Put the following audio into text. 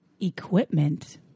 Equipment